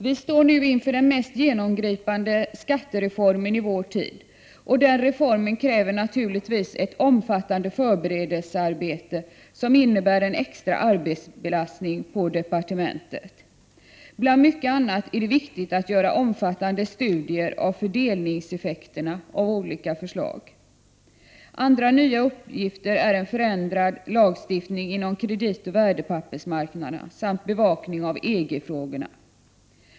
Vi står nu inför den mest genomgripande skattereformen i vår tid, och den reformen kräver naturligtvis ett omfattande förberedelsearbete, som innebär en extra arbetsbelastning på departementet. Bland mycket annat är det viktigt att göra omfattande studier av fördelningseffekterna av olika förslag. Andra nya uppgifter är en förändrad lagstiftning inom kreditoch värdepappersmarknaderna samt bevakning av EG-frågorna.